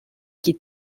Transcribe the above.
qui